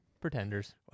Pretenders